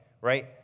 right